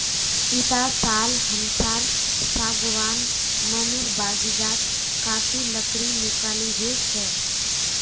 इटा साल हमसार सागवान मनेर बगीचात काफी लकड़ी निकलिबे छे